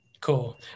Cool